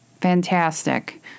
Fantastic